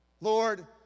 Lord